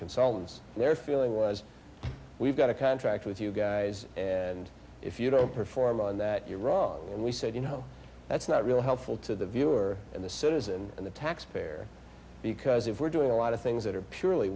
consultants and their feeling was we've got a contract with you guys and if you don't perform on that you're wrong and we said you know that's not really helpful to the viewer and the citizen and the taxpayer because if we're doing a lot of things that are purely